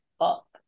up